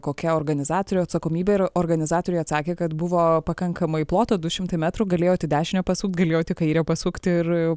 kokia organizatorių atsakomybė ir organizatoriai atsakė kad buvo pakankamai ploto du šimtai metrų galėjot į dešinę pasukt galėjot į kairę pasukt ir